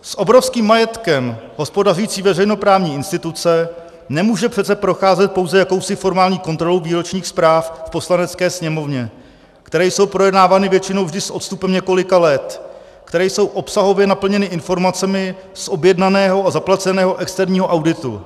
S obrovským majetkem hospodařící veřejnoprávní instituce nemůže přece procházet pouze jakousi formální kontrolou výročních zpráv v Poslanecké sněmovně, které jsou projednávány většinou vždy s odstupem několika let, které jsou obsahově naplněny informacemi z objednaného a zaplaceného externího auditu.